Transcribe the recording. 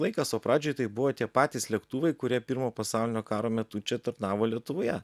laikas o pradžioj tai buvo tie patys lėktuvai kurie pirmo pasaulinio karo metu čia tarnavo lietuvoje